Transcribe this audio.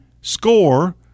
score